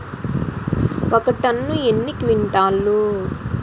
ఒక టన్ను ఎన్ని క్వింటాల్లు?